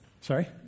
Sorry